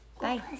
Bye